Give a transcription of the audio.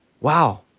Wow